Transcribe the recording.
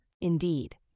Indeed